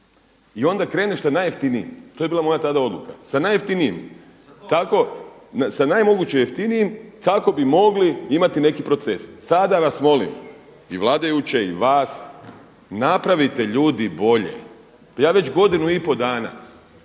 I onda kreneš sa najjeftinijim. To je bila moja tada odluka, sa najjeftinijim. Tako sa naj moguće jeftinijim kako bi mogli imati neki proces. Sada vas molim i vladajuće i vas napravite ljudi bolje. Pa ja već godinu i pol dana